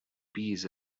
bees